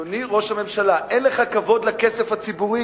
אדוני ראש הממשלה, אין לך כבוד לכסף הציבורי?